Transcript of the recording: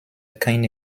keine